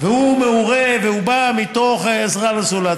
והוא מעורה והוא בא מתוך עזרה לזולת.